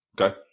Okay